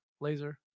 laser